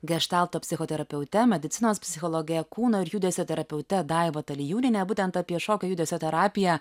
geštalto psichoterapeute medicinos psichologe kūno ir judesio terapeute daiva talijūniene būtent apie šokio judesio terapiją